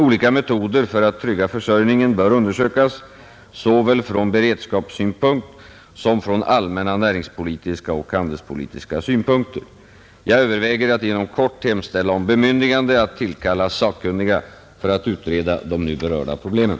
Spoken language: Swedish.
Olika metoder för att trygga försörjningen bör undersökas såväl från beredskapssynpunkt som från allmänna näringspolitiska och handelspolitiska synpunkter. Jag överväger att inom kort hemställa om bemyndigande att tillkalla sakkunniga för att utreda de nu berörda problemen.